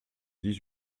dix